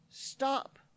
Stop